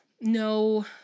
no